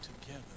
together